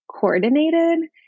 coordinated